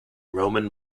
roman